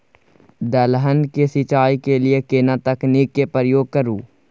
दलहन के सिंचाई के लिए केना तकनीक के प्रयोग करू?